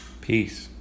peace